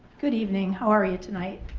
good evening. how are you tonight?